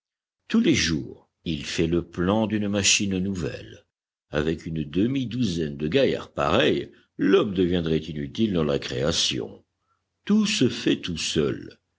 tous les jours il fait le plan d'une machine nouvelle avec une demi-douzaine de gaillards pareils l'homme deviendrait inutile dans la création tout se fait tout seul